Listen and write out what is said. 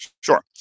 Sure